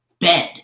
bed